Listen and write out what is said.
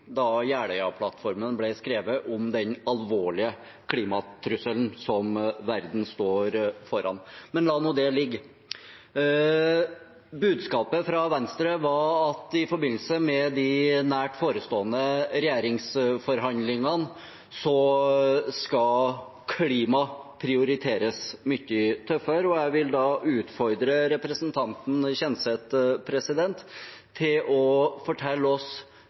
da Jeløya-plattformen ble skrevet, visste vi også utrolig mye om den alvorlige klimatrusselen som verden står foran. Men la nå det ligge. Budskapet fra Venstre var at i forbindelse med de nær forestående regjeringsforhandlingene skal klima prioriteres mye tøffere. Jeg vil da utfordre representanten Kjenseth til å fortelle oss